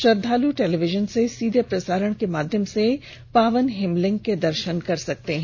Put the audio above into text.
श्रद्वालु टेलीविजन से सीधे प्रसारण के माध्यम से पावन हिमलिंग के दर्शन कर सकते हैं